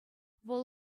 вӑл